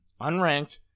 Unranked